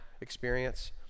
experience